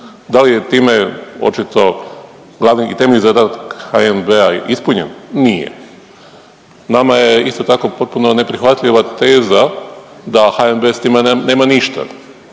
da li je time očito glavni i temeljni zadatak HNB-a ispunjen nije? Nama je isto tako potpuno neprihvatljiva teza da HNB sa time nema ništa,